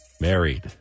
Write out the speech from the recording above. married